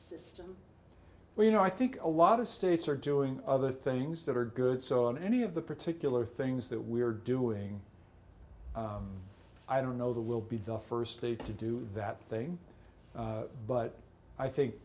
system where you know i think a lot of states are doing other things that are good so on any of the particular things that we're doing i don't know the will be the first state to do that thing but i think